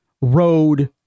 road